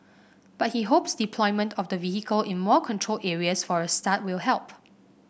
but he hopes deployment of the vehicle in more controlled areas for a start will help